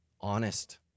Honest